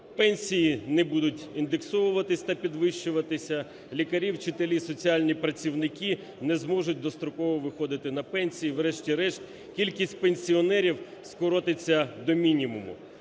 пенсії не будуть індексуватись та підвищуватись; лікарі, вчителі, соціальні працівники не зможуть достроково виходити на пенсію; врешті-решт кількість пенсіонерів скоротиться до мінімуму.